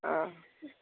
ହଁ